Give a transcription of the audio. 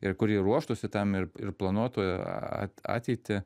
ir kuri ruoštųsi tam ir ir planuotų ateitį